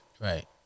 Right